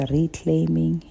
Reclaiming